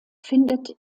findet